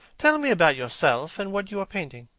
tell me about yourself and what you are painting.